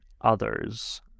others